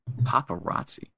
Paparazzi